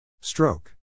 Stroke